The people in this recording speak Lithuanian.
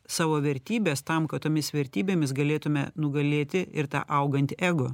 savo vertybes tam kad tomis vertybėmis galėtumėme nugalėti ir tą augantį ego